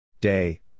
Day